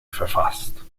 verfasst